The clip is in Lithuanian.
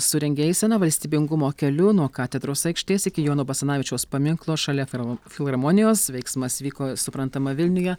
surengė eiseną valstybingumo keliu nuo katedros aikštės iki jono basanavičiaus paminklo šalia fil filharmonijos veiksmas vyko suprantama vilniuje